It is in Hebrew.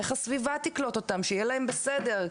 איך הסביבה תקלוט אותם שיהיה להם בסדר.